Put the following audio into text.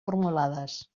formulades